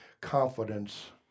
confidence